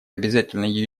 обязательной